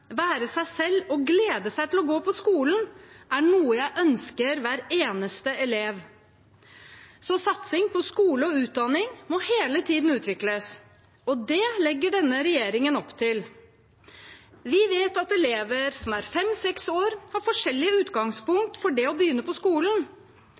være seg selv og glede seg til å gå på skolen, er noe jeg ønsker for hver eneste elev. Så satsing på skole og utdanning må hele tiden utvikles – og det legger denne regjeringen opp til. Vi vet at elever som er 5–6 år, har